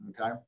okay